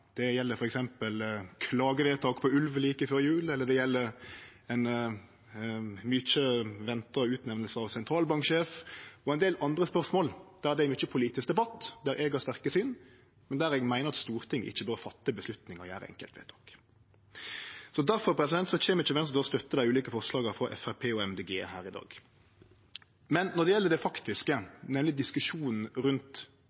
Det gjeld f.eks. klagevedtak på ulv like før jul eller ein mykje venta utnemning av sentralbanksjef, og ein del andre spørsmål der det er mykje politisk debatt, der eg har sterke syn, men der eg meiner at Stortinget ikkje bør fatte avgjerder og gjere enkeltvedtak. Difor kjem ikkje Venstre til å støtte dei ulike forslaga frå Framstegspartiet og Miljøpartiet Dei Grøne her i dag. Når det gjeld det faktiske, nemleg diskusjonen rundt